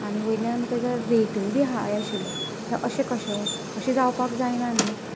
आनी वयल्यान ताजो रेटय बीन हाय आशिल्लो हे अशे कशे हे अशे जावपाक जावपाक जायना न्ही